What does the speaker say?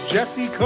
Jesse